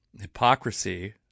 hypocrisy